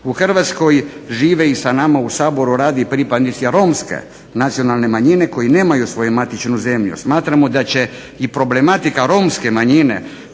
U Hrvatskoj žive i sa nama u Saboru rade i pripadnici romske nacionalne manjine koji nemaju svoju matičnu zemlju. Smatramo da će i problematika romske manjine